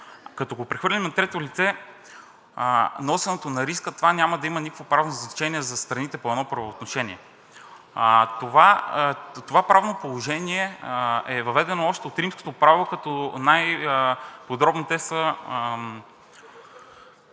Като го прехвърлим на трето лице носенето на риска, това няма да има никакво правно значение за страните по едно правоотношение. Това правно положение е въведено още от римското право, като най-подробно те са…